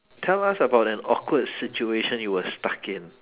tell us about an awkward situation you were stuck in